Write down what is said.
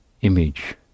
image